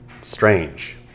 strange